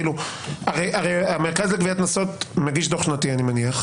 הרי אני מניח שהמרכז לגביית קנסות מגיש דוח שנתי.